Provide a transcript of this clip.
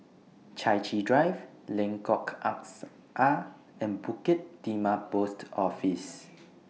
Chai Chee Drive Lengkok Angsa and Bukit Timah Post Office